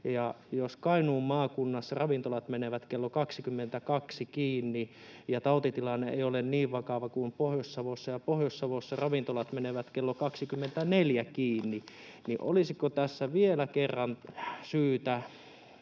jos Kainuun maakunnassa ravintolat menevät kello 22 kiinni, kun tautitilanne ei ole niin vakava kuin Pohjois-Savossa, mutta Pohjois-Savossa ravintolat menevät kello 24 kiinni, niin olisiko tässä vielä kerran syytä